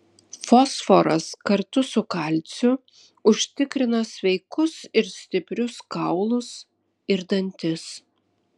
fosforas kartu su kalciu užtikrina sveikus ir stiprius kaulus ir dantis